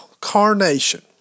carnation